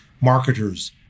marketers